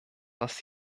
was